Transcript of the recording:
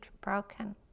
broken